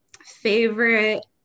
favorite